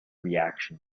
reaction